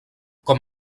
com